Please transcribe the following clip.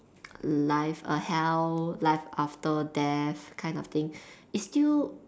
life err hell life after death kind of thing is still